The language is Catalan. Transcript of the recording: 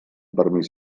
permís